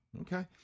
Okay